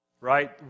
right